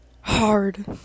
hard